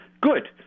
Good